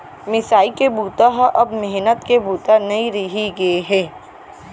मिसाई के बूता ह अब मेहनत के बूता नइ रहि गे हे